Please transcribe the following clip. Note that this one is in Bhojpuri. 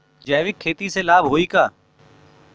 जैविक खेती से लाभ होई का?